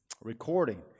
recording